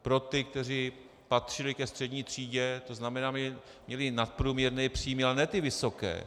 Pro ty, kteří patřili ke střední třídě, to znamená, měli nadprůměrné příjmy, ale ne ty vysoké.